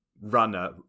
runner